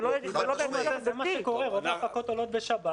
זה מה שקורה, רוב ההפקות עולות בשבת.